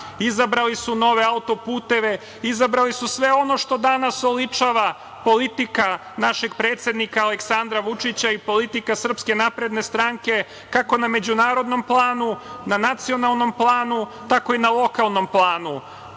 izabrali su nove auto-puteve, izabrali su sve ono što danas oličava politika našeg predsednika, Aleksandra Vučića i politika SNS, kako na međunarodnom planu, na nacionalnom planu, tako i na lokalnom planu.